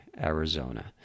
Arizona